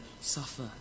suffer